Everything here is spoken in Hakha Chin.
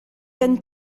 kan